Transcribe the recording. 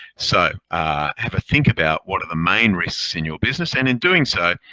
so have a think about what are the main risks in your business. and in doing so,